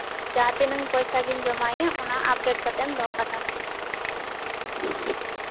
ᱡᱟᱸᱦᱟ ᱛᱤᱱᱟᱹᱜ ᱯᱚᱭᱥᱟ ᱜᱮᱢ ᱡᱚᱢᱟᱭᱮᱫ ᱟᱯᱰᱮᱴ ᱠᱟᱛᱮᱢ ᱫᱚᱦᱚ ᱠᱟᱛᱟᱢᱟ